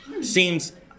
Seems